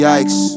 Yikes